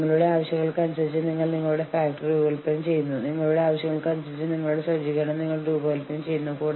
തൊഴിൽ കരാറിന്റെ വ്യാഖ്യാനം സംബന്ധിച്ച തർക്കങ്ങൾ പരിഹരിക്കുന്നതിന് രൂപകൽപ്പന ചെയ്തിട്ടുള്ള വ്യവസ്ഥാപിതമായ ഘട്ടം ഘട്ടമായുള്ള നടപടിക്രമങ്ങളാണ് പരാതി നടപടിക്രമങ്ങൾ